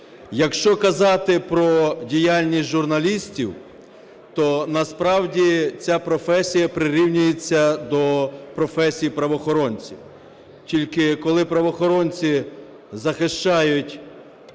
Якщо казати про діяльність журналістів, то насправді ця професія прирівнюється до професії правоохоронців. Тільки коли правоохоронці захищають права громадян